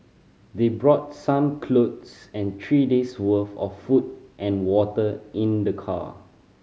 they brought some clothes and three days' worth of food and water in their car